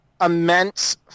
immense